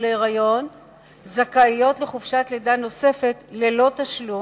להיריון זכאיות לחופשת לידה נוספת ללא תשלום,